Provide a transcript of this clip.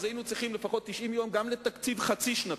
היינו צריכים לפחות 90 יום גם לתקציב חצי-שנתי.